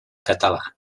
català